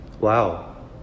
wow